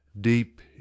Deep